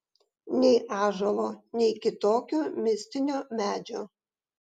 nei ąžuolo nei kitokio mistinio medžio